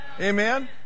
Amen